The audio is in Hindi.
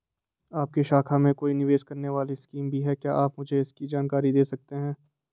आपकी शाखा में कोई निवेश करने वाली स्कीम भी है क्या आप मुझे इसकी जानकारी दें सकते हैं?